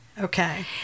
Okay